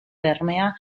bermea